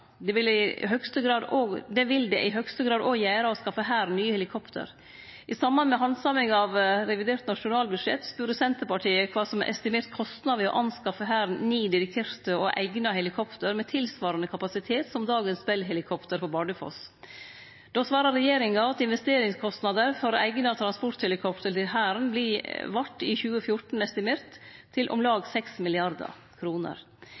Det vil det i høgste grad òg gjere å skaffe Hæren nye helikopter. I samband med handsaminga av revidert nasjonalbudsjett spurde Senterpartiet kva som er estimert kostnad ved å skaffe Hæren ni dedikerte og eigna helikopter med tilsvarande kapasitet som dagens Bell-helikopter på Bardufoss. Då svara regjeringa at investeringskostnader for eigna transporthelikopter til Hæren vart i 2014 estimerte til om